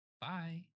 Bye